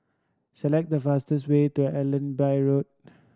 select the fastest way to Allenby Road